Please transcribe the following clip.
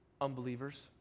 Unbelievers